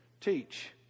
Teach